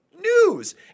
news